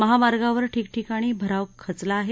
महामार्गावर ठीक ठिकाणी भराव खचला आहे